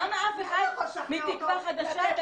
למה אף אחד מתקווה חדשה,